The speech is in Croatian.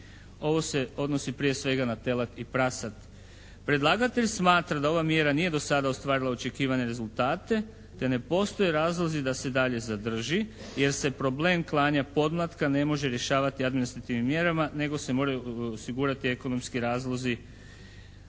Ovo se odnosi prije svega na telad i prasad. Predlagatelj smatra da ova mjera nije do sada ostvarila očekivane rezultate te ne postoje razlozi da se dalje zadrži jer se problem klanja podmlatka ne može rješavati administrativnim mjerama nego se moraju osigurati ekonomski razlozi